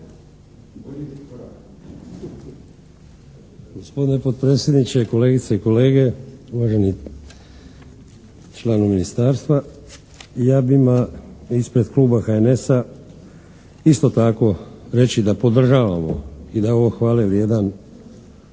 Gospodine potpredsjedniče, kolegice i kolege, uvaženi članovi ministarstva. Ja bih imao ispred kluba HNS-a isto tako reći da podržavamo i da je ovo hvalevrijedan